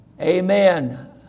Amen